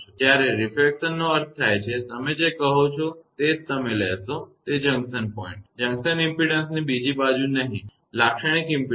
જ્યારે રીફ્રેક્શનનો અર્થ થાય છે તમે જે કહો છો તે જ તમે લેશો તે જંકશન પોઇન્ટ જંકશન ઇમપેડન્સની બીજી બાજુ નહીં લાક્ષણિક ઇમપેડન્સ